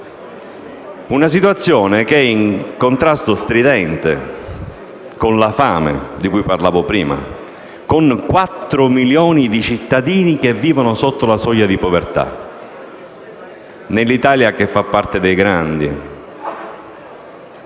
una situazione in contrasto stridente con la fame di cui parlavo prima e, con i 4 milioni di cittadini che vivono sotto la soglia di povertà. Nell'Italia che fa parte dei grandi,